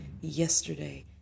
yesterday